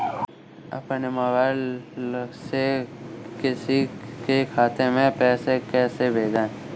अपने मोबाइल से किसी के खाते में पैसे कैसे भेजें?